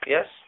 Yes